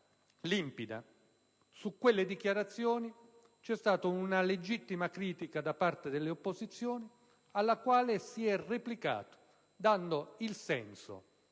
limpida, su quelle dichiarazioni c'è stata una legittima critica da parte delle opposizioni alla quale si è replicato dando il senso